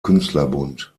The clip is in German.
künstlerbund